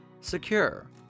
Secure